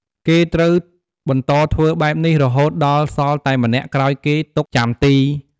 គេត្រូវបន្តធ្វើបែបនេះរហូតដល់សល់តែម្នាក់ក្រោយគេទុកចាំទី។